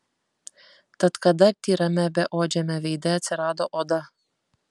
tad kada tyrame beodžiame veide atsirado oda